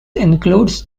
includes